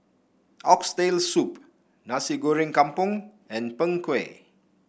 Oxtail Soup Nasi Goreng Kampung and Png Kueh